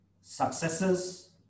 successes